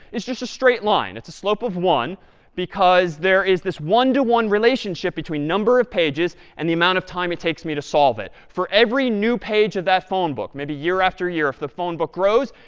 it's just a straight line. it's a slope of one because there is this one to one relationship between number of pages and the amount of time it takes me to solve it. for every new page of that phone book, maybe year after year, if the phone book grows,